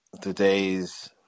today's